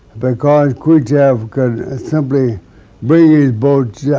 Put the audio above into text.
because khrushchev could simply bring his boats, yeah